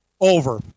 over